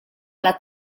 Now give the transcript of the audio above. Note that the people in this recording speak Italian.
alla